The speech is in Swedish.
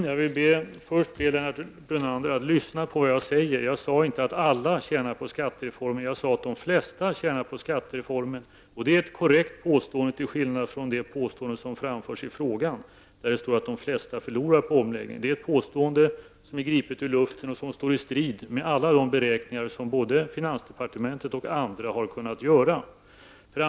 Herr talman! Får jag be Lennart Brunander att lyssna på vad jag säger. Jag sade inte att alla tjänar på skattereformen, utan jag sade att de flesta tjänar på den. Det är ett korrekt påstående till skillnad från det påstående som görs i frågan, att de flesta förlorar på omläggningen. Det påståendet är gripet ur luften, och det står i strid med alla beräkningar som både finansdepartementet och andra har gjort.